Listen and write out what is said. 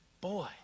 Boy